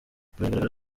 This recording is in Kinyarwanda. biragaragara